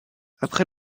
après